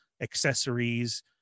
accessories